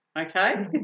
Okay